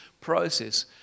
process